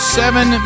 seven